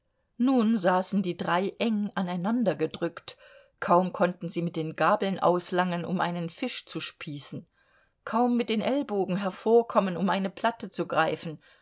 nun saßen die drei eng aneinandergedrückt kaum konnten sie mit den gabeln auslangen um einen fisch zu spießen kaum mit den ellbogen hervorkommen um eine platte zu greifen